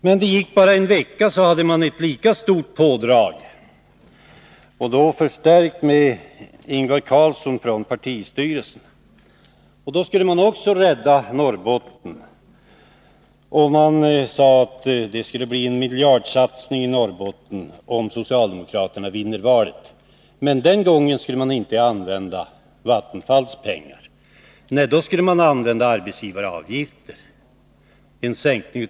Men det gick bara en vecka så var det ett lika stort pådrag igen, men nu förstärkt med Ingvar Carlsson från partistyrelsen. Även denna gång skulle man rädda Norrbotten. Man sade att det blir en miljardsatsning i Norrbotten om socialdemokraterna vinner valet. Men nu skulle man inte använda Vattenfalls pengar. Nej, nu skulle man sänka arbetsgivaravgiften.